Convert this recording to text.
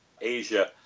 Asia